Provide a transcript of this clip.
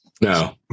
No